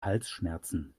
halsschmerzen